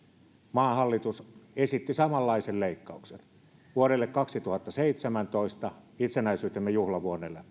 maan hallitus esitti samanlaisen leikkauksen vuodelle kaksituhattaseitsemäntoista itsenäisyytemme juhlavuodelle